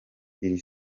iri